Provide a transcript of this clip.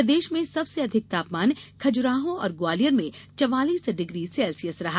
प्रदेश में सबसे अधिक तापमान खजुराहो और ग्वालियर में चवालीस डिग्री सेल्सियस रहा